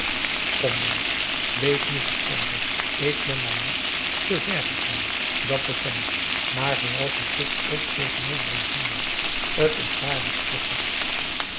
nant wees nu verstandig ik ben daar net te vèr gegaan dat beken ik maar zooals je toch ook tegenover ons handelt het is waarlijk te gek